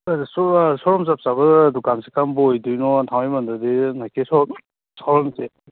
ꯁꯣ room ꯆꯞ ꯆꯥꯕ ꯗꯨꯀꯥꯟꯁꯦ ꯀꯔꯝꯕ ꯑꯣꯏꯗꯣꯏꯅꯣ ꯊꯥꯡꯃꯩꯕꯟꯗꯗꯤ ꯅꯥꯏꯀꯤ ꯁꯣ ꯔꯨꯝ ꯁꯣ ꯔꯨꯝꯁꯦ